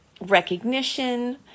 recognition